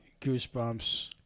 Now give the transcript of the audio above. Goosebumps